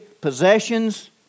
possessions